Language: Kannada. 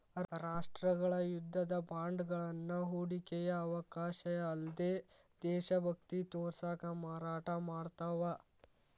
ರಾಷ್ಟ್ರಗಳ ಯುದ್ಧದ ಬಾಂಡ್ಗಳನ್ನ ಹೂಡಿಕೆಯ ಅವಕಾಶ ಅಲ್ಲ್ದ ದೇಶಭಕ್ತಿ ತೋರ್ಸಕ ಮಾರಾಟ ಮಾಡ್ತಾವ